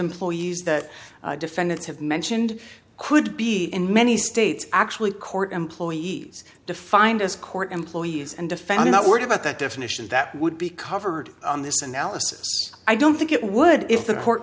employees that defendants have mentioned could be in many states actually court employees defined as court employees and a family not worried about that definition that would be covered in this analysis i don't think it would if the court